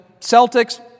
Celtics